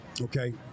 okay